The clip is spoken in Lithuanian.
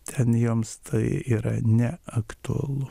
ten joms tai yra neaktualu